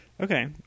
Okay